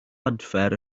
adfer